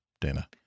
Dana